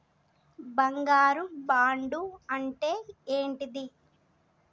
బంగారు బాండు అంటే ఏంటిది?